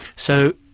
so,